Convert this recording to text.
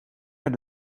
naar